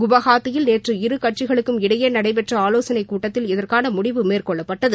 குவஹாத்தியில் நேற்று இரு கட்சிகளுக்கும் இடையே நடைபெற்ற ஆலோசனை கூட்டத்தில் இதற்கான முடிவு மேற்கொள்ளப்பட்டது